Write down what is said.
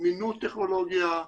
זמינות טכנולוגיה,